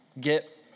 get